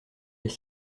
les